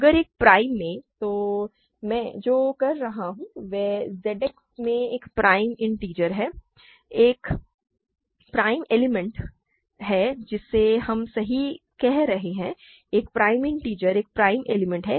अगर एक प्राइम में तो मैं जो कह रहा हूं वह Z X में एक प्राइम इन्टिजर है एक प्राइम एलिमेंट है जिसे हम सही कह रहे हैं एक प्राइम इन्टिजर एक प्राइम एलिमेंट है